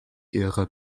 ihre